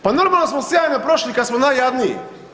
Pa normalno da smo sjajno prošli kad smo najjadniji.